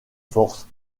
forces